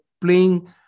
playing